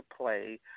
play